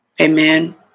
Amen